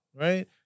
right